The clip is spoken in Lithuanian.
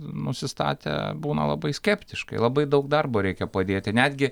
nusistatę būna labai skeptiškai labai daug darbo reikia padėti netgi